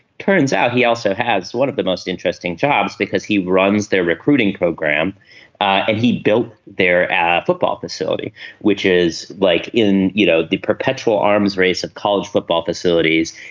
turns out he also has one of the most interesting jobs because he runs their recruiting program and he built their football facility which is like in you know the perpetual arms race of college football facilities.